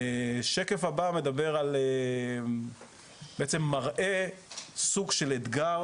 שקף הבא בעצם מראה סוג של אתגר